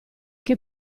che